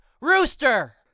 Rooster